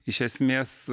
iš esmės